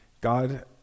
God